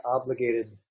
obligated